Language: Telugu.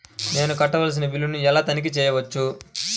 నేను కట్టవలసిన బిల్లులను ఎలా తనిఖీ చెయ్యవచ్చు?